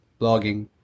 blogging